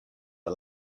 are